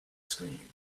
screen